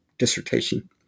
dissertation